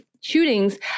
shootings